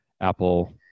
Apple